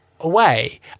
away